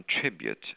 contribute